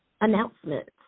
announcements